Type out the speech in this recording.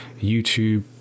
YouTube